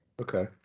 Okay